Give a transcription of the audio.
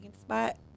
spot